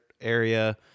area